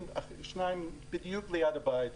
שניים בדיוק ליד הבית שלי,